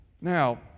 Now